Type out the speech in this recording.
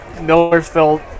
Millersville